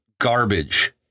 garbage